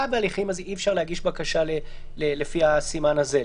הליכים אי אפשר להגיש בקשה לפי הסימן הזה.